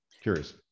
curious